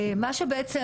מה שבעצם,